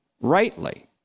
rightly